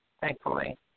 thankfully